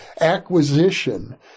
acquisition